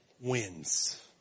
wins